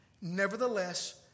Nevertheless